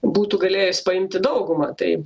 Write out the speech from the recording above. būtų galėjus paimti daugumą tai